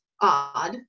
odd